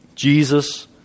Jesus